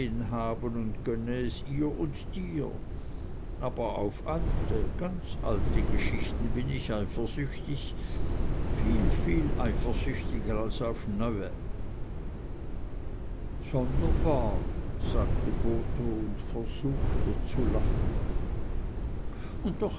es ihr und dir aber auf alte ganz alte geschichten bin ich eifersüchtig viel viel eifersüchtiger als auf neue sonderbar sagte botho und versuchte zu lachen und doch